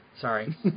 Sorry